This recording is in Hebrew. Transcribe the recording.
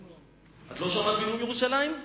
את לא שמעת על בינאום ירושלים?